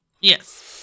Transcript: Yes